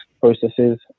processes